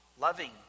loving